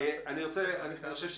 אני רוצה לשאול